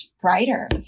brighter